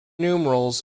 numerals